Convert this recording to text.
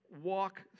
walk